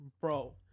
bro